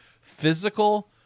physical